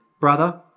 brother